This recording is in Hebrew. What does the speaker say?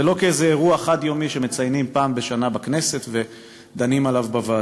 ולא כאיזה אירוע חד-יומי שמציינים פעם בשנה בכנסת ודנים עליו בוועדות.